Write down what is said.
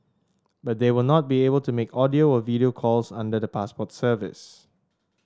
but they will not be able to make audio or video calls under the passport service